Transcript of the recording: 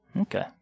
Okay